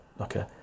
okay